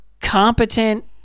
competent